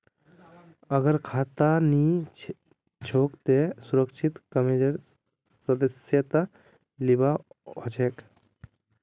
अगर खाता नी छोक त सुरक्षित कर्जेर सदस्यता लिबा हछेक